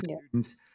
students